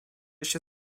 się